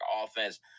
offense